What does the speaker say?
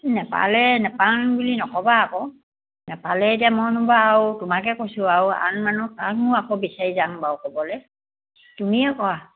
নেপালে নেপাং বুলি নক'বা আকৌ নেপালে এতিয়া মইনো বাৰু তোমাকে কৈছোঁ আৰু আন মানুহ কাকনো আকৌ বিচাৰি যাম বাৰু ক'বলৈ তুমিয়েই কোৱা